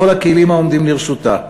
בכל הכלים העומדים לרשותה במזרח-ירושלים,